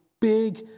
big